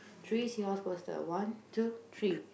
three seahorse poster one two three